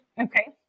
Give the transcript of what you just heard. Okay